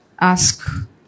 ask